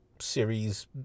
Series